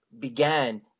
began